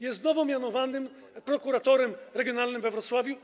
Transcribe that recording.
Jest nowo mianowanym prokuratorem regionalnym we Wrocławiu.